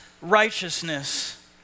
righteousness